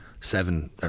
seven